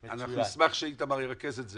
ואנחנו נשמח שאיתמר ירכז את זה